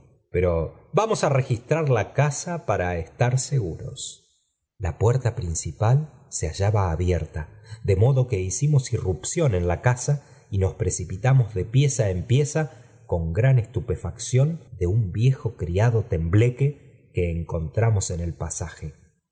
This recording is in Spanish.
poro vamos á registrar la casa para catar seguros la puerta principal se hallaba abierta de modo que hicimos irrupción en la casa y nos precipitamos de pieza en pieza con gran estupefacción e un viejo criado tembleque que encontramos en e pasaje no